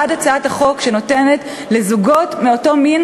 בעד הצעת החוק שנותנת לזוגות מאותו מין